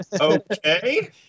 Okay